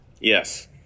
Yes